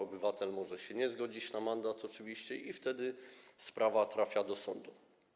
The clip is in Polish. Obywatel może się nie zgodzić na mandat oczywiście i wtedy sprawa trafia do sądu.